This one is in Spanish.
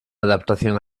adaptación